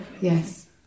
yes